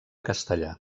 castellà